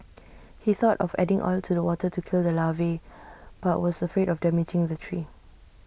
he thought of adding oil to the water to kill the larvae but was afraid of damaging the tree